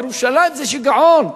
בירושלים זה שיגעון,